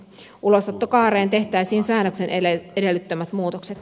ulosottokaareen tehtäisiin säännöksen edellyttämät muutokset